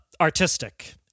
artistic